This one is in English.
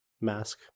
mask